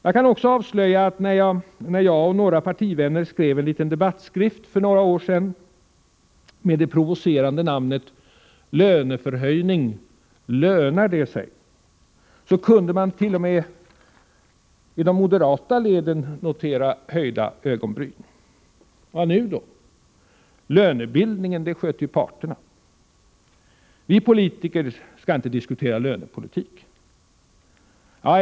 Jag kan också avslöja att när jag och några partivänner för några år sedan skrev en liten debattskrift med det provocerande namnet ”Löneförhöjning — lönar det sig?” , kunde man t.o.m. i de moderata leden notera höjda ögonbryn: Vad nu då? Lönebildningen sköter ju parterna. Vi politiker skall inte diskutera lönepolitik.